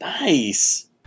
Nice